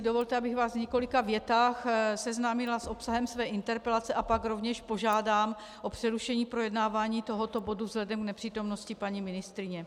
Dovolte, abych vás v několika větách seznámila s obsahem své interpelace, a pak rovněž požádám o přerušení projednávání tohoto bodu vzhledem k nepřítomnosti paní ministryně.